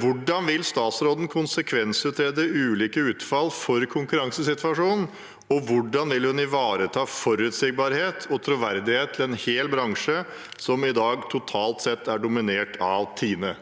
Hvordan vil statsråden konsekvensutrede ulike utfall for konkurransesituasjonen, og hvordan vil hun ivareta forutsigbarhet og troverdighet til en hel bransje som er totalt dominert av TINE?»